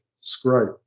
scrape